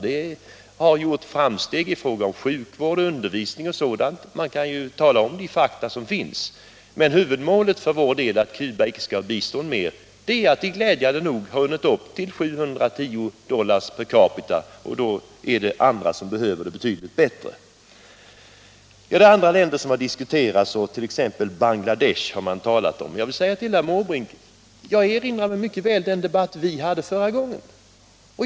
Det har gjorts framsteg i fråga om t.ex. sjukvård och undervisning — man kan redovisa de fakta som finns. Men huvudskälet. för vår del, när vi säger att Cuba inte skall ha bistånd mer, är att Cuba glädjande nog hunnit upp till 710 dollar per capita i bruttonationalprodukt, och då är det andra länder som behöver biståndet betydligt bättre. Här i debatten har talats om bl.a. Bangladesh och det bistånd i form av vete som Sverige gav. Jag vill säga till herr Måbrink: Jag erinrar mig mycket väl den debatt vi hade förra gången.